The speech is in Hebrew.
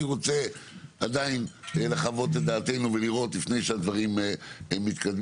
אני רוצה עדיין לחוות את דעתנו ולראות לפני שהדברים מתקדמים.